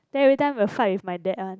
then every time will fight with my dad one